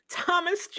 Thomas